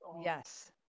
Yes